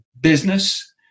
business